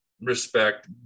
respect